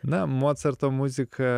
na mocarto muzika